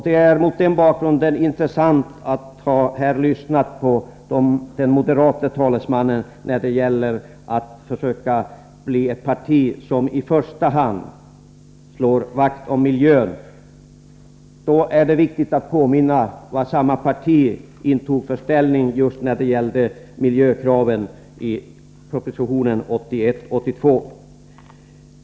Det har mot den bakgrunden varit intressant att lyssna till vad den moderate talesmannen haft att säga när det gäller moderata samlingspartiets försök att bli ett parti som i första hand slår vakt om miljön. Det är då viktigt att påminna om vad samma parti intog för ställning när det gällde miljökraven i den proposition som lades fram under riksdagsåret 1981/82.